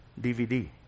DVD